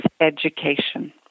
education